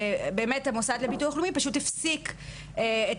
והמוסד לביטוח לאומי פשוט הפסיק את